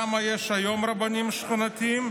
כמה יש היום רבנים שכונתיים?